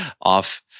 off